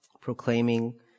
proclaiming